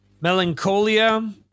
Melancholia